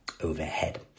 overhead